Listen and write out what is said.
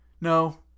No